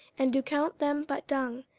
and do count them but dung,